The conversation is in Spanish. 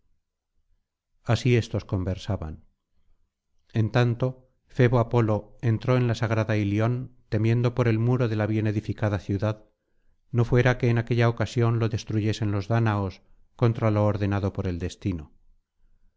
así éstos conversaban en tanto febo apolo entró en la sagrada ilion temiendo por el muro déla bien edificada ciudad no fuera que en aquella ocasión lo destruyesen los dáñaos contra lo ordenado por el destino